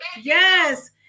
Yes